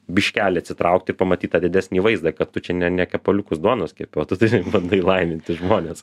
biškelį atsitraukt ir pamatyti tą didesnį vaizdą kad tu čia ne ne kepaliukus duonos kepi o tu bandai laiminti žmones